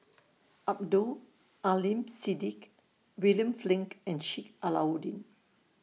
Abdul Aleem Siddique William Flint and Sheik Alau'ddin